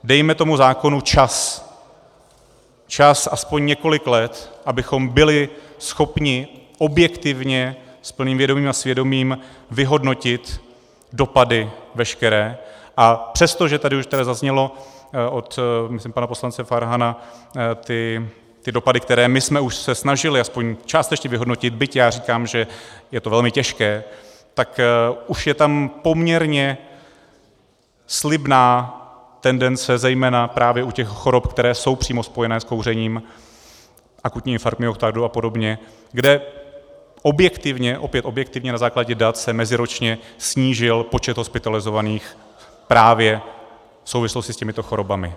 Dejme tomu zákonu čas, čas aspoň několik let, abychom byli schopni objektivně, s plným vědomým a svědomím vyhodnotit veškeré dopady, a přestože to už tady zaznělo od, myslím, pana poslance Farhana, ty dopady, které jsme se už snažili alespoň částečně vyhodnotit, byť já říkám, že je to velmi těžké, tak už je tam poměrně slibná tendence, zejména právě u těch chorob, které jsou přímo spojené s kouřením, akutní infarkt myokardu apod., kde objektivně, opět objektivně na základě dat, se meziročně snížil počet hospitalizovaných právě v souvislosti s těmito chorobami.